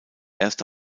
erste